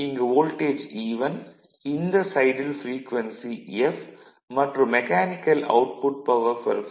இங்கு voltage E1 இந்த சைடில் ப்ரீக்வென்சி f மற்றும் mechanical output per phase Pm3